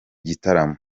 gitaramo